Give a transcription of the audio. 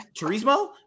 Turismo